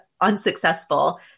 unsuccessful